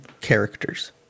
characters